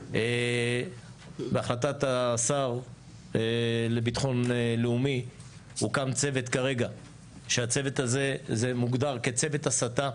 בהחלטת השר לביטחון לאומי הוקם צוות כרגע שהצוות הזה מוגדר כצוות הסתה.